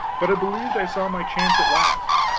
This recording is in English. but i believed i saw my chance at last.